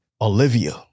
Olivia